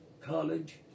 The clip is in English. college